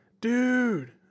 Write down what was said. Dude